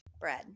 Bread